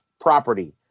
property